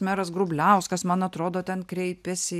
meras grubliauskas man atrodo ten kreipėsi